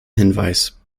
hinweis